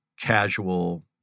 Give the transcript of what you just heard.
casual